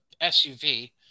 SUV